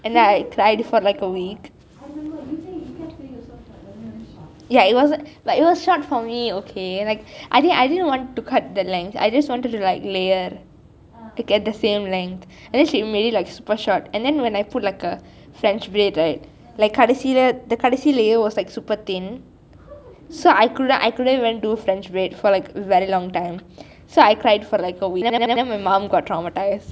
and then I had it for like a week ya it was it was like short for me okay like I think I just wanted to cut the length I just wanted to layer at the same length and then she made it like super short and then when I put like a french braid right கடைசியிலே:kadaisiyilai the கடைசி:kadaisi layer was super thin I couldnt even do french braid for very long time so I cried for like a week and then my mum got traumatised